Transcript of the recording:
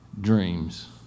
dreams